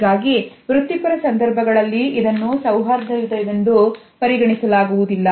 ಹೀಗಾಗಿ ವೃತಿಪರ ಸಂದರ್ಭಗಳಲ್ಲಿ ಇದನ್ನು ಸೌಹಾರ್ದಯುತ ವೆಂದು ಪರಿಗಣಿಸಲಾಗುವುದಿಲ್ಲ